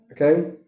Okay